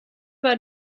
war